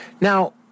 Now